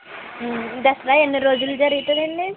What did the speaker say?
దసరా ఎన్ని రోజులు జరుగుతుందండి